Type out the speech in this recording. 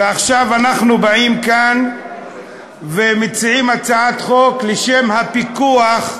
ועכשיו אנחנו באים כאן ומציעים הצעת חוק לשם פיקוח,